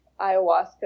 ayahuasca